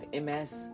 MS